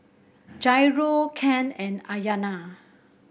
Jairo Cain and Ayana